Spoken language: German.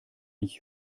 ich